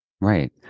Right